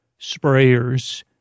sprayers